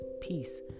peace